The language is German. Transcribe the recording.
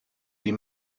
die